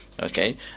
Okay